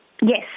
Yes